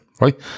right